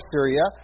Syria